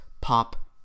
pop